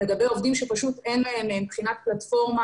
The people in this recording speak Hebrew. לגבי עובדים שאין להם מבחינת פלטפורמה,